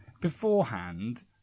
beforehand